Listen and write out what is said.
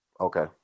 Okay